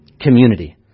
community